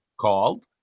Called